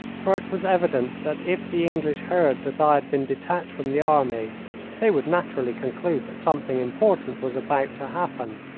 for it was evident that if the english heard that i had been detached from the army they would naturally conclude that something important was about to happen.